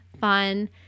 fun